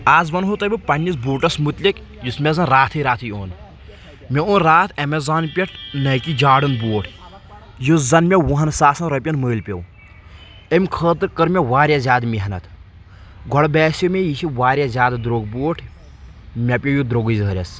آز ونہو تۄہہِ بہٕ پننِس بوٹس متعلِق یُس مےٚ زَن راتھے راتھے اوٚن مےٚ اوٚن راتھ ایمیزان پٮ۪ٹھ نایکی جاڑٕن بوٹھ یُس زن مےٚ وُہن ساسن رۄپین مٔلۍ پیٚو امہِ خٲطرٕ کٔر مےٚ واریاہ زیادٕ محنت گۄڈٕ باسیو مےٚ یہِ چھُ واریاہ زیادٕ درٛوگ بوٗٹھ مےٚ پیٚو یہِ درٛوٚگے زہریٚس